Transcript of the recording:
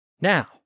Now